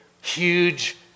huge